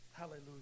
hallelujah